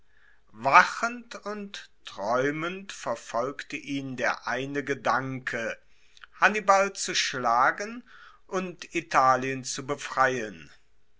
wachend und traeumend verfolgte ihn der eine gedanke hannibal zu schlagen und italien zu befreien